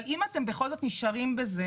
אבל אם בכל זאת אתם נשארים בזה,